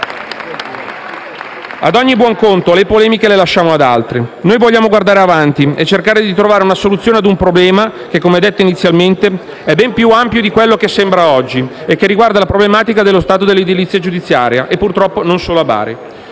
Ad ogni buon conto, le polemiche le lasciamo ad altri. Noi vogliamo guardare avanti e cercare di trovare una soluzione ad un problema che, come detto inizialmente, è ben più ampio di quello che sembra oggi e che riguarda la problematica dello stato dell'edilizia giudiziaria e purtroppo non solo a Bari.